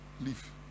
leave